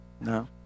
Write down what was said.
No